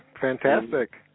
fantastic